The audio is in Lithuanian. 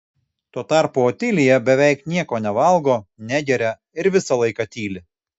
tuo tarpu otilija beveik nieko nevalgo negeria ir visą laiką tyli